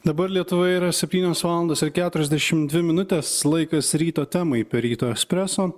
dabar lietuvoje yra septynios valandos ir keturiasdešimt dvi minutės laikas ryto temai per ryto espreso